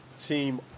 Team